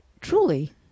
truly